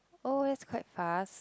oh that's quite fast